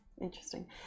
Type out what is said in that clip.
Interesting